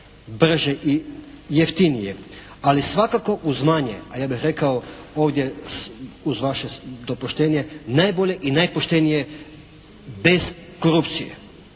brže i jeftinije, ali svakako uz manje, a ja bih rekao ovdje uz vaše dopuštenje najbolje i najpoštenije bez korupcije,